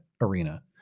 arena